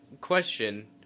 question